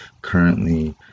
currently